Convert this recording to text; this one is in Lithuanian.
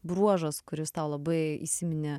bruožas kuris tau labai įsiminė